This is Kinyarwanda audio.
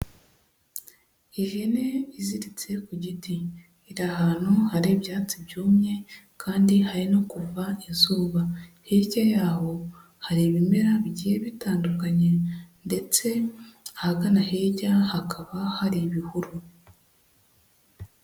Ihene iziritse ku giti iri ahantu hari ibyatsi byumye kandi hari no kuva izuba, hirya y'aho hari ibimera bigiye bitandukanye ndetse ahagana hirya hakaba hari ibihuru.